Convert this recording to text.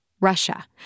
Russia